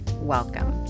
welcome